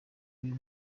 y’uyu